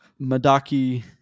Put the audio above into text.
Madaki